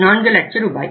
4 லட்ச ரூபாய்